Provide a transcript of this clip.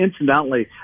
incidentally